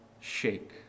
shake